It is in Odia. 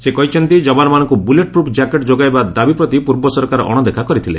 ସେ କହିଛନ୍ତି ଯବାନ୍ମାନଙ୍କୁ ବୁଲେଟ୍ ପ୍ରୁଫ୍ ଜ୍ୟାକେଟ୍ ଯୋଗାଇବା ଦାବି ପ୍ରତି ପୂର୍ବ ସରକାର ଅଣଦେଖା କରିଥିଲେ